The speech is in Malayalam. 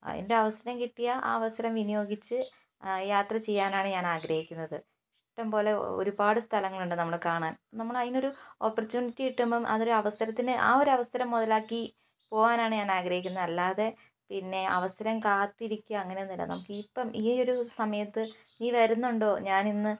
അതിൻ്റെ അവസരം കിട്ടിയാൽ ആ അവസരം വിനിയോഗിച്ച് യാത്രചെയ്യാനാണ് ഞാൻ ആഗ്രഹിക്കുന്നത് ഇഷ്ടംപോലെ ഒരുപാട് സ്ഥലങ്ങൾ ഉണ്ട് നമ്മൾ കാണാൻ നമ്മൾ അതിനൊരു ഓപ്പർച്യൂണിറ്റി കിട്ടുമ്പം അത് ഒരു അവസരത്തിന് ആ ഒരു അവസരം മുതലാക്കി പോവാനാണ് ഞാൻ ആഗ്രഹിക്കുന്നത് അല്ലാതെ പിന്നെ അവസരം കാത്ത് ഇരിക്കുക അങ്ങനെ ഒന്നുമില്ല നമുക്ക് ഇപ്പം ഈ ഒരു സമയത്ത് നീ വരുന്നുണ്ടോ ഞാൻ ഇന്ന്